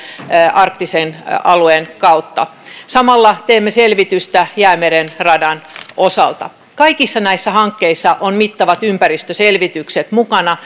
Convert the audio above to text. arktisen alueen kautta samalla teemme selvitystä jäämeren radan osalta kaikissa näissä hankkeissa on mittavat ympäristöselvitykset mukana